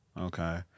okay